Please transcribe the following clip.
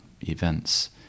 events